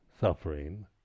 suffering